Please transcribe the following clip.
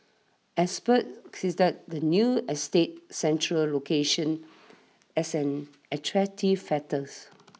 experts says that the new estate's central location as an attractive factors